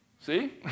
See